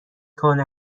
کنه